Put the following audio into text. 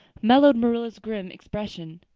mellowed marilla's grim expression.